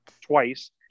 twice